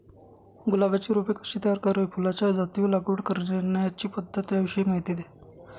गुलाबाची रोपे कशी तयार करावी? फुलाच्या जाती व लागवड करण्याची पद्धत याविषयी माहिती द्या